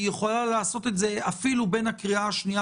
היא יכולה לעשות את זה אפילו בין הקריאה השנייה